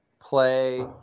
play